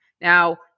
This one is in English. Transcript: Now